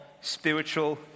spiritual